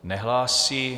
Nehlásí.